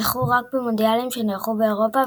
זכו רק במונדיאלים שנערכו באירופה,